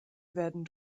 werden